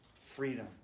freedom